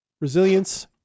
resilience